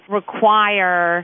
require